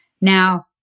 Now